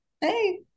Hey